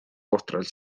ohtralt